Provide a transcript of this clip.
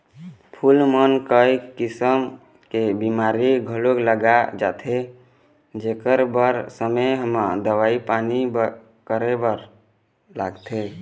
फूल मन म कइ किसम के बेमारी घलोक लाग जाथे जेखर बर समे म दवई पानी करे बर लागथे